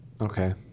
Okay